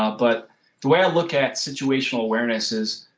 ah but the way i look at situational awareness is,